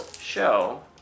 show